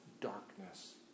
darkness